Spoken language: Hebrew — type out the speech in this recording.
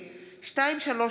כי היום הונחו על שולחן הכנסת,